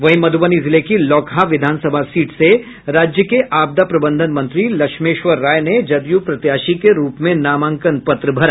वहीं मधुबनी जिले की लौकहा विधानसभा सीट से राज्य के आपदा प्रबंधन मंत्री लक्ष्मेश्वर राय ने जदयू प्रत्याशी के रूप में नामांकन पत्र भरा